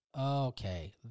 okay